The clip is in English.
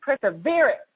perseverance